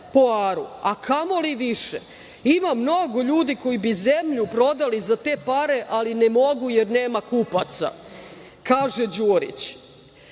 po aru, a kamoli više. Ima mnogo ljudi koji bi zemlju prodali za te pare, ali ne mogu, jer nema kupaca, kaže